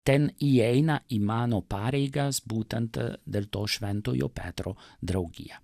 ten įeina į mano pareigas būtent dar to šventojo petro draugija